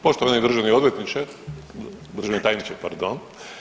Poštovani državni odvjetniče, državni tajniče pardon.